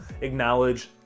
acknowledge